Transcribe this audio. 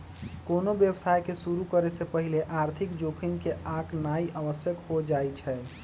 कोनो व्यवसाय के शुरु करे से पहिले आर्थिक जोखिम के आकनाइ आवश्यक हो जाइ छइ